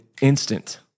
instant